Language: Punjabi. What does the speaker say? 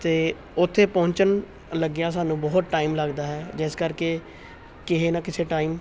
ਅਤੇ ਉੱਥੇ ਪਹੁੰਚਣ ਲੱਗਿਆ ਸਾਨੂੰ ਬਹੁਤ ਟਾਈਮ ਲੱਗਦਾ ਹੈ ਜਿਸ ਕਰਕੇ ਕਿਸੇ ਨਾ ਕਿਸੇ ਟਾਈਮ